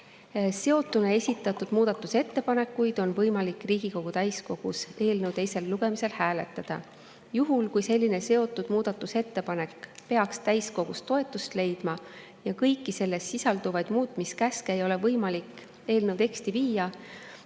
Seotuna esitatud muudatusettepanekuid on võimalik Riigikogu täiskogus eelnõu teisel lugemisel hääletada. Juhul kui seotud muudatusettepanek peaks täiskogus toetust leidma ja kõiki selles sisalduvaid muutmiskäske ei ole võimalik eelnõu teksti viia,